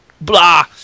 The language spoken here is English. Blah